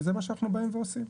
וזה מה שאנחנו באים ועושים.